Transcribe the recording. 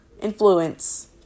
influence